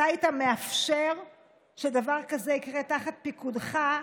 אתה היית מאפשר שדבר כזה יקרה תחת פיקודך,